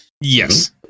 Yes